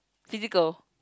physical